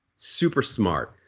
super smart.